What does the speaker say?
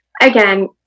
Again